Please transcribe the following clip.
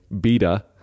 beta